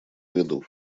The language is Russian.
виду